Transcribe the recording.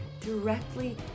directly